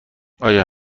آیا